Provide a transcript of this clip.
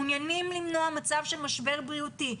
מעוניינים למנוע מצב של משבר בריאותי,